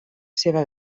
seva